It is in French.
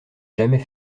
jamais